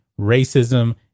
racism